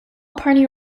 party